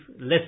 less